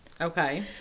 okay